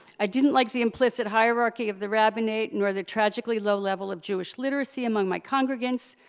i didn't like the implicit hierarchy of the rabbinate, nor the tragically low level of jewish literacy among my congregates,